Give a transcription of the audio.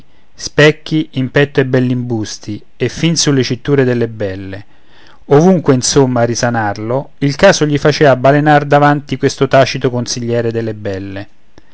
specchi in petto ai bellimbusti e fin sulle cinture delle belle ovunque insomma a risanarlo il caso gli facea balenar davanti questo tacito consigliere delle belle